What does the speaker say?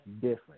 different